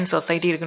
Society